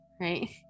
Right